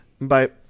Bye